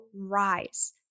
rise